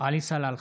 עלי סלאלחה,